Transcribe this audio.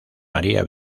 maría